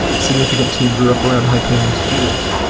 significant team grew up around haiping to do this.